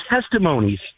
testimonies